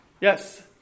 Yes